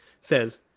says